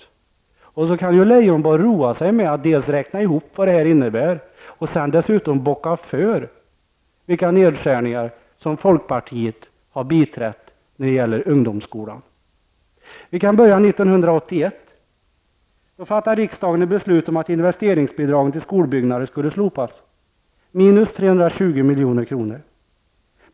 Då kan Leijonborg öva upp sin räknekonst, eller räkneförmåga, och roa sig med att dels räkna ihop vad detta innebär, dels bocka för vilka nedskärningar som folkpartiet har biträtt när det gäller ungdomsskolan. Vi kan börja 1981. Då fattade riksdagen beslut om att investeringsbidragen till skolbyggnader skulle slopas, minus 320 milj.kr.